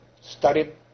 studied